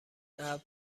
ابر